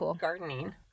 gardening